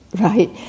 right